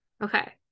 okay